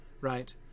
Right